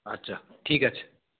আচ্ছা ঠিক আছে